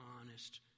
honest